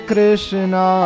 Krishna